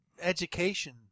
education